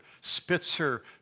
Spitzer